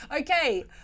Okay